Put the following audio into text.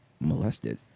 molested